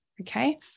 okay